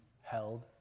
held